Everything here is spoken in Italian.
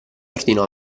ordinò